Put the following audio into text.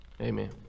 amen